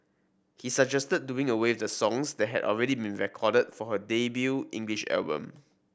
he suggested doing away with the songs that had already been recorded for her debut English album